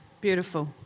Beautiful